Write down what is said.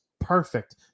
perfect